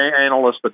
analysts